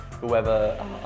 Whoever